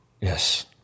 yes